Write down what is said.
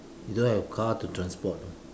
you don't have car to transport lor